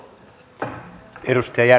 arvoisa puhemies